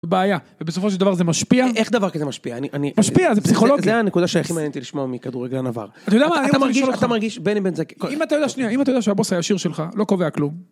בעיה. ובסופו של דבר זה משפיע. איך דבר כזה משפיע? אני, אני... משפיע, זה פסיכולוגי. זה הנקודה שהכי מעניין אותי לשמוע מכדורגלן עבר. אתה יודע מה? אתה מרגיש, אתה מרגיש בין אם בין זה... אם אתה יודע, שנייה, אם אתה יודע שהבוס הישיר שלך לא קובע כלום.